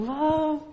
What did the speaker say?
love